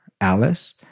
Alice